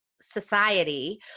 society